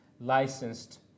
licensed